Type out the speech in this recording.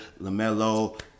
LaMelo